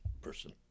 person